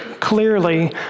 Clearly